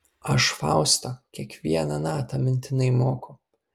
aš fausto kiekvieną natą mintinai moku